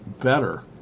better